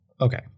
okay